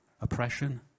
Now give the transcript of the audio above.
oppression